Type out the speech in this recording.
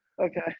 Okay